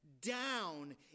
down